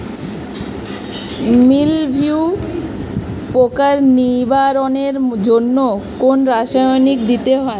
মিলভিউ পোকার নিবারণের জন্য কোন রাসায়নিক দিতে হয়?